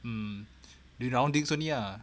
mm do roundings only ah